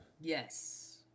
Yes